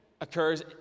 occurs